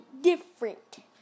different